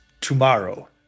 tomorrow